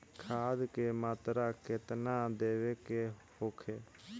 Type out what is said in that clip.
खाध के मात्रा केतना देवे के होखे?